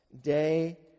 day